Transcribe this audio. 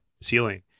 ceiling